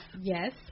Yes